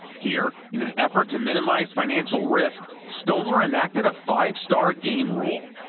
here, in an effort to minimize financial risk, stolar enacted a five star game rule,